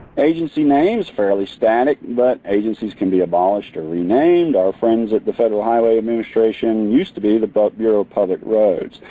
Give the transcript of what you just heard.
agency names, fairly static but agencies can be abolished or renamed. our friends at the federal highway administration used to be the but bureau of public roads.